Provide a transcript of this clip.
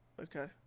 Okay